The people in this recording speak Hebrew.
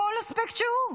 בכל אספקט שהוא.